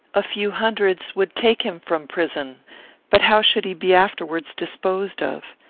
a few hundreds would take him from prison but how should he be afterwards disposed of?